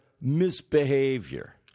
misbehavior